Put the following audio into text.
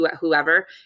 whoever